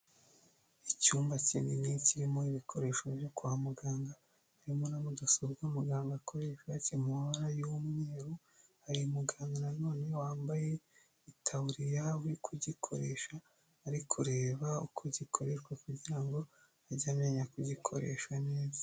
Icyumba kinini kirimo ibikoresho byo kwa muganga, harimo na mudasobwa muganga akoresha, kiri mubara y'umweru, hari muganga nanone wambaye itaburiya uri kugikoresha, ari kureba uko gikoreshwa kugira ngo ajye amenya kugikoresha neza.